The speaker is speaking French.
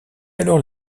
alors